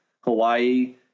Hawaii